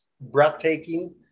Breathtaking